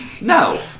No